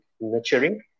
nurturing